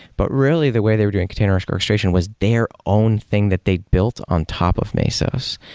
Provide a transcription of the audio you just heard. but really the way they're doing container orchestration was their own thing that they built on top of mesos.